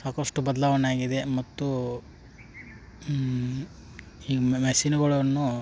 ಸಾಕಷ್ಟು ಬದಲಾವಣೆ ಆಗಿದೆ ಮತ್ತು ಈಗ ಮೆಸಿನ್ಗಳನ್ನು